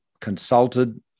consulted